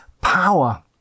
power